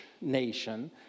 nation